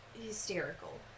hysterical